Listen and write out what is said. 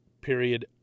period